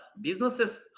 businesses